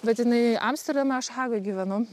bet jinai amsterdame aš hagoj gyvenu